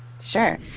Sure